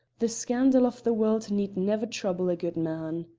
the scandal of the world need never trouble a good man.